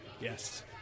Yes